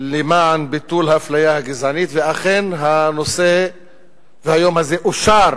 למען ביטול האפליה הגזענית, ואכן היום הזה אושר